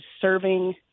serving